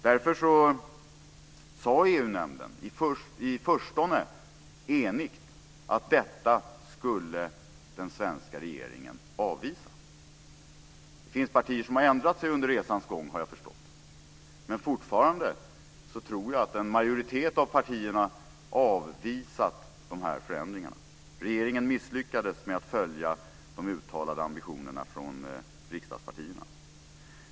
Därför sade EU-nämnden i förstone enigt att den svenska regeringen skulle avvisa detta. Jag har förstått att det finns partier som har ändrat sig under resans gång. Men fortfarande tror jag att en majoritet av partierna har avvisat dessa förändringar. Regeringen misslyckades med att följa de uttalade ambitionerna från riksdagspartierna.